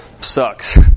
sucks